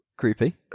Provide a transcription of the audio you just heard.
Creepy